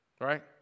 Right